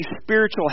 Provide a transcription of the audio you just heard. spiritual